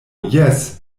jes